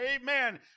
Amen